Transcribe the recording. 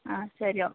ಹಾಂ ಸರಿ ಓ